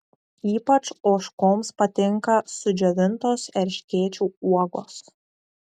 ypač ožkoms patinka sudžiovintos erškėčių uogos